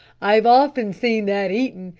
i've often seen that eaten,